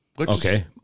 Okay